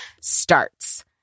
starts